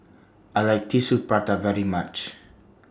I like Tissue Prata very much